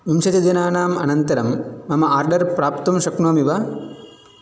विंशति दिनानाम् अनन्तरं मम आर्डर् प्राप्तुं शक्नोमि वा